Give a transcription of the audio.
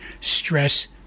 stress